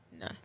No